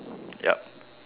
yup